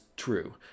true